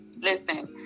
Listen